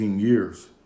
years